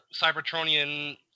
Cybertronian